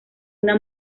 una